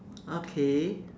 okay